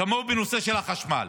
כמו בנושא של החשמל.